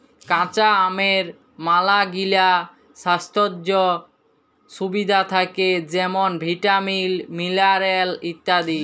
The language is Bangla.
কাঁচা আমের ম্যালাগিলা স্বাইস্থ্য সুবিধা থ্যাকে যেমল ভিটামিল, মিলারেল ইত্যাদি